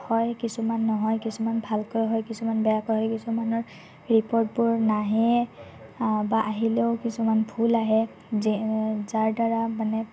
হয় কিছুমান নহয় কিছুমান ভালকৈ হয় কিছুমান বেয়া কৰে কিছুমানৰ ৰিপৰ্টবোৰ নাহে বা আহিলেও কিছুমান ভুল আহে যে যাৰ দ্বাৰা মানে